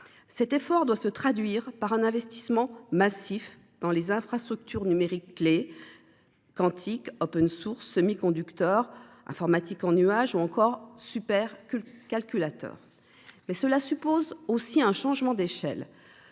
Cet effort doit se traduire par un investissement massif dans les infrastructures numériques clés : le quantique, l’, les semi conducteurs, l’informatique en nuage ou encore les supercalculateurs. Un tel travail suppose aussi un changement d’échelle.